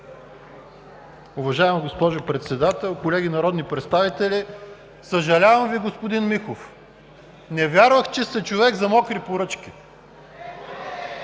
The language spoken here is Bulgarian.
Уважаема госпожо Председател, колеги народни представители! Съжалявам Ви, господин Михов. Не вярвах, че сте човек за мокри поръчки.